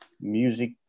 music